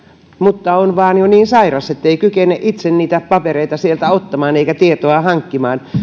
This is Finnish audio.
mutta on vaan jo niin sairas ettei kykene itse niitä papereita sieltä ottamaan eikä tietoa hankkimaan